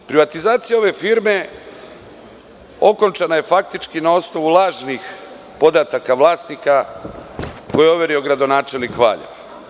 Privatizacija ove firme okončana je faktički na osnovu lažnih podataka vlasnika, a koje je overio gradonačelnik Valjeva.